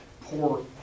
poor